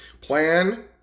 Plan